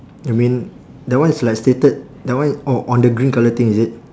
you mean that one is like stated that one oh on the green colour thing is it